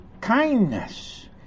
kindness